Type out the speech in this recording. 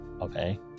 okay